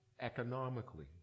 economically